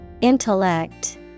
Intellect